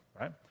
right